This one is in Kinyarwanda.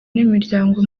n’imiryango